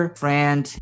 friend